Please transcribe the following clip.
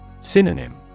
Synonym